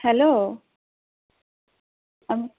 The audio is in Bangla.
হ্যালো আমি